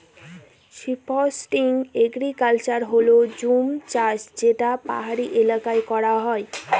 shifting agriculture হল জুম চাষ যেটা পাহাড়ি এলাকায় করা হয়